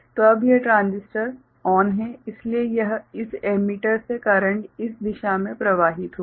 तो अब यह ट्रांजिस्टर चालू है इसलिए इस एमीटर से करंट इस दिशा में प्रवाहित होगी